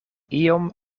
iom